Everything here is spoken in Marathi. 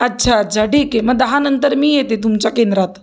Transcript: अच्छा अच्छा ठीक आहे मग दहा नंतर मी येते तुमच्या केंद्रात